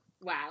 wow